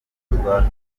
igikorwa